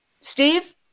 Steve